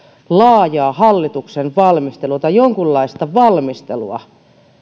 laajaa hallituksen valmistelua tai jonkunlaista valmistelua